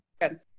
good